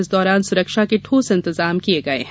इस दौरान सुरक्षा के ठोस इंतजाम किये गये हैं